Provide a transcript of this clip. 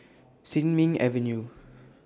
Sin Ming Avenue